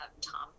Tom